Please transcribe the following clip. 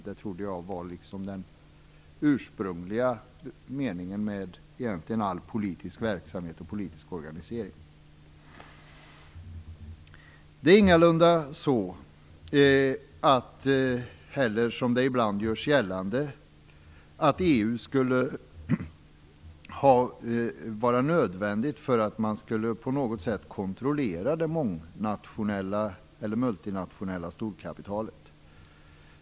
Det trodde jag var den ursprungliga meningen med egentligen all politisk verksamhet och politisk organisering. Det är ingalunda så, som ibland görs gällande, att EU skulle vara nödvändigt för att på något sätt kunna kontrollera det multinationella storkapitalet.